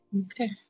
Okay